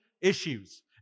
issues